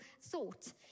thought